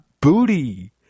booty